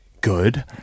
good